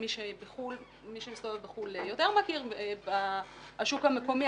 מי שמסתובב בחוץ לארץ יותר מכיר, אבל השוק המקומי